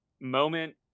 moment